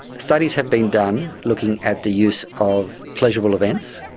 studies have been done looking at the use of pleasurable events.